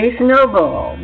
snowball